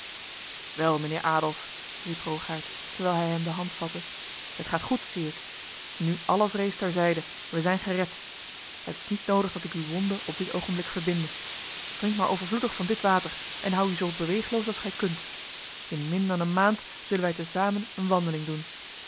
wel mijnheer adolf riep rogaert terwijl hij hem de hand vatte het gaat goed zie ik nu alle vrees ter zijde wij zijn gered het is niet nodig dat ik uw wonde op dit ogenblik verbinde drink maar overvloedig van dit water en hou u zo beweegloos als gij kunt in min dan een maand zullen wij te samen een wandeling doen